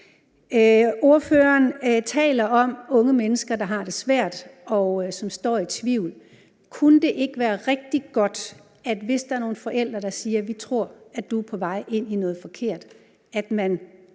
Ordføreren taler om unge mennesker, der har det svært, og som er i tvivl. Kunne det ikke være rigtig godt, at man, hvis der er nogle forældre, der siger til deres børn, at de tror, at de er på vej ind i noget forkert, købte